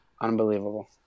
unbelievable